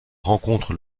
rencontre